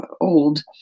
old